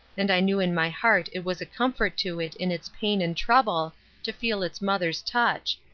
and i knew in my heart it was a comfort to it in its pain and trouble to feel its mother's touch,